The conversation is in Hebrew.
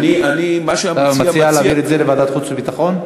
אתה מציע להעביר את זה לוועדת החוץ והביטחון?